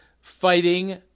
fighting